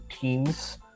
teams